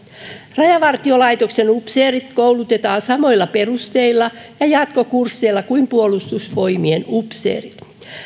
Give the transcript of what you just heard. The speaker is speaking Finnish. rajavartiolaitoksen upseerit koulutetaan samoilla perusteilla ja jatkokursseilla kuin puolustusvoimien upseerit